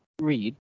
read